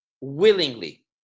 willingly